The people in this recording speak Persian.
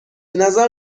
نظر